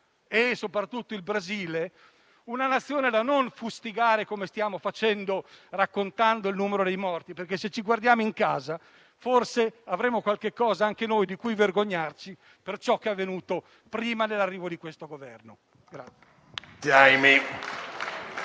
e soprattutto il Brasile una Nazione da non fustigare, come stiamo facendo raccontando il numero dei morti. Se ci guardiamo in casa, forse avremmo anche noi qualche cosa di cui vergognarci per ciò che è avvenuto prima dell'arrivo di questo Governo.